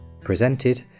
Presented